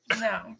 No